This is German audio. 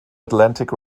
atlantic